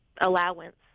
allowance